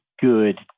good